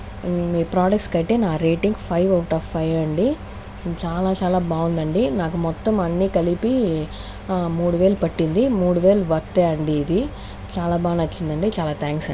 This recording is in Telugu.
మీ ప్రొడక్ట్స్ కంటే నా rating five out of five అండి చాలా చాలా బాగుందండి నాకు మొత్తం అన్ని కలిపి మూడు వేలు పట్టింది మూడు వేలు వర్త్ ఏ అండి ఇది చాలా బాగా నచ్చింది అండి చాలా థ్యాంక్స్ అండి